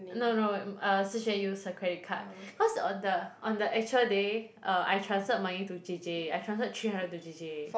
no no um ah Shi-Xuan used her credit card cause on the on the actual day uh I transferred money to Jay Jay I transferred three hundred to Jay Jay